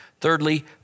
Thirdly